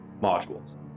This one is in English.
modules